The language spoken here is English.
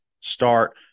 start